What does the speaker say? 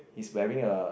he's wearing a